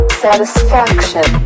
satisfaction